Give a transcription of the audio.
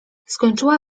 skończyła